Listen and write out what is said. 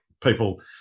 people